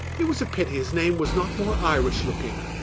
it was a pity his name was not more irish-looking.